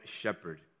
shepherd